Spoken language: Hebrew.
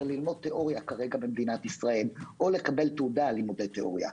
ללמוד תיאוריה במדינת ישראל או לקבל תעודה על לימודי תיאוריה.